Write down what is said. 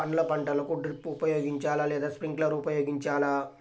పండ్ల పంటలకు డ్రిప్ ఉపయోగించాలా లేదా స్ప్రింక్లర్ ఉపయోగించాలా?